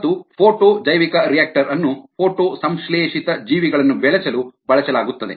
ಮತ್ತು ಫೋಟೋ ಜೈವಿಕರಿಯಾಕ್ಟರ್ ಅನ್ನು ಫೋಟೋ ಸಂಶ್ಲೇಷಿತ ಜೀವಿಗಳನ್ನು ಬೆಳೆಸಲು ಬಳಸಲಾಗುತ್ತದೆ